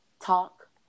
talk